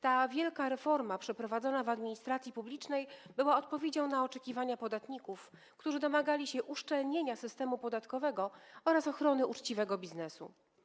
Ta wielka reforma przeprowadzona w administracji publicznej była odpowiedzią na oczekiwania podatników, którzy domagali się uszczelnienia systemu podatkowego oraz ochrony uczciwego biznesu.